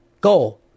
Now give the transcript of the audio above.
go